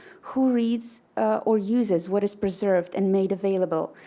who reads or uses what is preserved and made available?